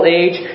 age